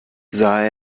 sah